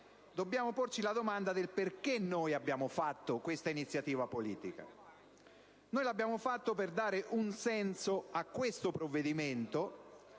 dobbiamo porci la domanda del perché abbiamo avanzato questa iniziativa politica. Ebbene, l'abbiamo proposta per dare un senso a questo provvedimento